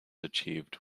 achieved